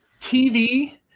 TV